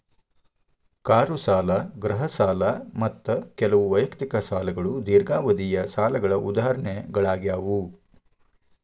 car ಸಾಲ ಗೃಹ ಸಾಲ ಮತ್ತ ಕೆಲವು ವೈಯಕ್ತಿಕ ಸಾಲಗಳು ದೇರ್ಘಾವಧಿಯ ಸಾಲಗಳ ಉದಾಹರಣೆಗಳಾಗ್ಯಾವ